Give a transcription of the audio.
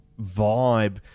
vibe